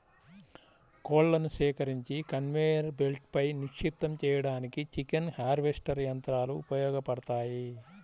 కోళ్లను సేకరించి కన్వేయర్ బెల్ట్పై నిక్షిప్తం చేయడానికి చికెన్ హార్వెస్టర్ యంత్రాలు ఉపయోగపడతాయి